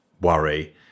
worry